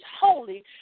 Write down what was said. holy